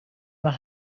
not